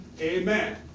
Amen